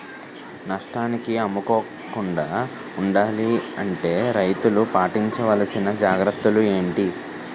నష్టానికి అమ్ముకోకుండా ఉండాలి అంటే రైతులు పాటించవలిసిన జాగ్రత్తలు ఏంటి